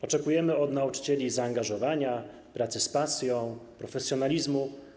Oczekujemy od nauczycieli zaangażowania, pracy z pasją, profesjonalizmu.